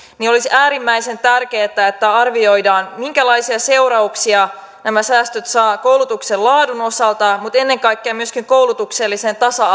niin olisi äärimmäisen tärkeätä että arvioidaan minkälaisia seurauksia nämä säästöt saavat aikaan koulutuksen laadun osalta mutta ennen kaikkea myöskin koulutuksellisen tasa